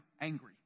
angry